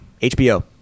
HBO